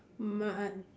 m~ uh